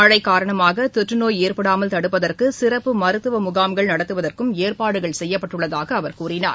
மழைகாரணமாகதொற்றுநோய் ஏற்படாமல் தடுப்பதற்குசிறப்பு மருத்துவமுகாம்கள் நடத்துவதற்கும் ஏற்பாடுகள் செய்யப்பட்டுள்ளதாகஅவர் கூறினார்